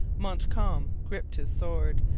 montcalm gripped his sword,